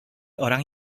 orang